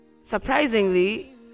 surprisingly